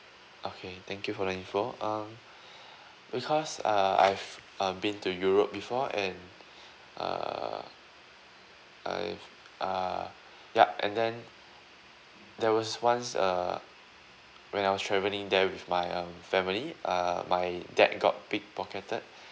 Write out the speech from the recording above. okay thank you for the info um because uh I've uh been to europe before and err I've uh yup and then there was once uh when I was travelling there with my um family uh my dad got pick pocketed